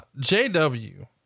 JW